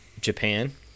Japan